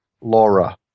Laura